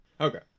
Okay